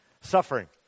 suffering